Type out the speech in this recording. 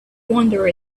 wander